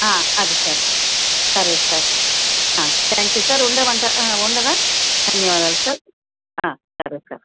అదే sir sir thank you sir ఉండమంటా ఉండనా ధన్యవాదాలు సార్ సరే సార్